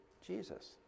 Jesus